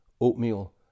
oatmeal